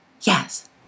Yes